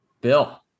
bill